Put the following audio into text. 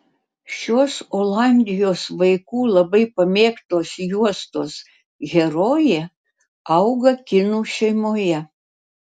šios olandijos vaikų labai pamėgtos juostos herojė auga kinų šeimoje